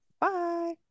Bye